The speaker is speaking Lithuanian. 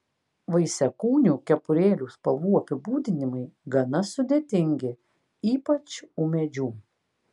vaisiakūnių kepurėlių spalvų apibūdinimai gana sudėtingi ypač ūmėdžių